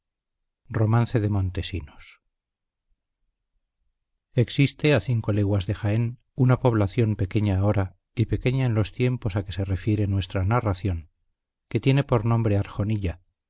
de sentido existe a cinco leguas de jaén una población pequeña ahora y pequeña en los tiempos a que se refiere nuestra narración que tiene por nombre arjonilla ora